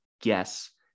guess